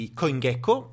CoinGecko